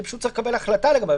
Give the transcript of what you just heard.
פשוט צריך לקבל החלטה לגביו.